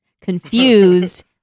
confused